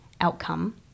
outcome